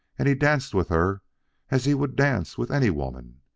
and he danced with her as he would dance with any woman,